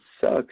sucks